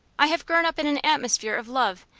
i have grown up in an atmosphere of love,